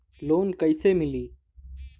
Loan कइसे मिलि?